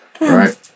Right